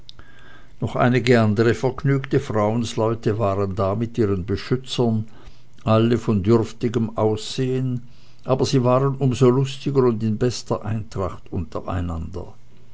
noch einige andere vergnügte frauensleute waren da mit ihren beschützern alle von dürftigem aussehen aber sie waren um so lustiger und in bester eintracht untereinander